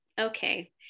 okay